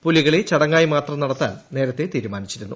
പുലികളി ചടങ്ങായി മാത്രം നടത്താൻ നേരത്തെ തീരുമാനിച്ചിരുന്നു